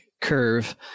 curve